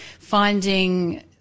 finding